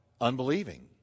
unbelieving